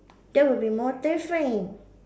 that would be more terrifying